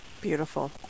Beautiful